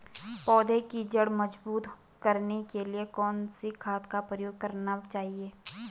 पौधें की जड़ मजबूत करने के लिए कौन सी खाद का प्रयोग करना चाहिए?